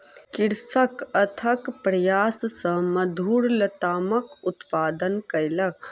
कृषक अथक प्रयास सॅ मधुर लतामक उत्पादन कयलक